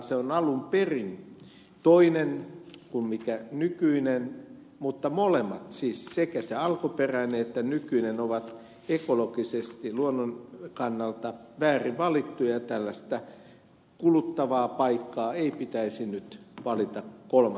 se on alun perin toinen kuin nykyinen mutta molemmat siis sekä se alkuperäinen että nykyinen ovat ekologisesti luonnon kannalta väärin valittuja ja tällaista kuluttavaa paikkaa ei pitäisi nyt valita kolmatta kertaa